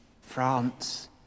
France